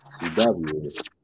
CW